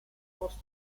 post